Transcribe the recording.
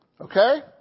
Okay